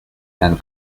and